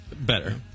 Better